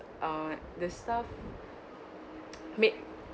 uh the staff make